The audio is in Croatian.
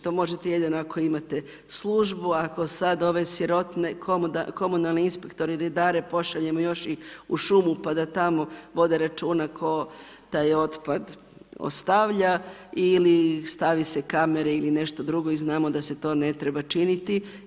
To možete jedino ako imate službu, ako sada ove sirotne komunalne inspektore, redare, pošaljemo još i u šumu pa da tamo vode računa tko taj otpad ostavlja ili stavi se kamere ili nešto drugo i znamo da se to ne treba činiti.